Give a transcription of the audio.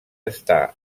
està